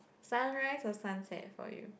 sunrise or sunset for you